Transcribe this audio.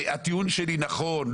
הטיעון שלי נכון,